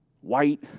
white